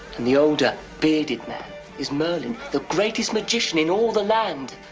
and the older, bearded man is merlin, the greatest magician in all the land.